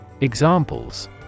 Examples